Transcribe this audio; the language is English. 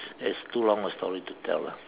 as too long a story to tell lah